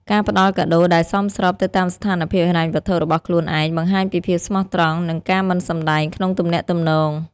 ការផ្ដល់កាដូដែលសមស្របទៅតាមស្ថានភាពហិរញ្ញវត្ថុរបស់ខ្លួនឯង បង្ហាញពីភាពស្មោះត្រង់ និងការមិនសម្ដែងក្នុងទំនាក់ទំនង។